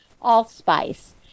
allspice